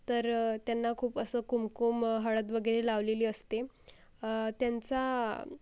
तर त्यांना खूप असं कुमकुम हळद वगैरे लावलेली असते त्यांचा